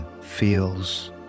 feels